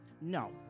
No